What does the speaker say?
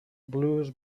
blues